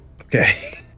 Okay